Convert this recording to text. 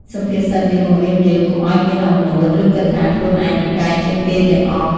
សុភាសិតនេះបង្រៀនយើងកុំឲ្យមានអំនួត ឬគិតថាខ្លួនឯងពូកែជាងគេទាំងអស់។